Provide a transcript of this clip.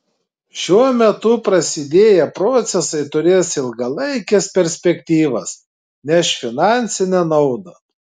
šiuo metu prasidėję procesai turės ilgalaikes perspektyvas neš finansinę naudą